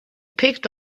picked